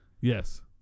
Yes